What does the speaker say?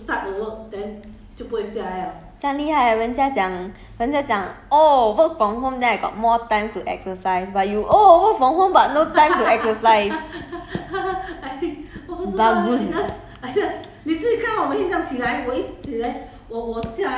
直接 exercise 这样厉害 leh 这样厉害 leh 人家讲人家讲 oh work from home then I got more time to exercise but you oh work from home but no time to exercise bagus